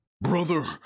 Brother